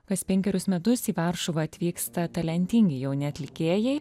kas penkerius metus į varšuvą atvyksta talentingi jauni atlikėjai